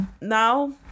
now